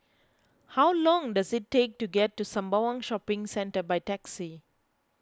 how long does it take to get to Sembawang Shopping Centre by taxi